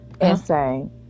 Insane